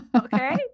okay